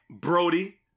Brody